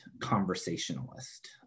conversationalist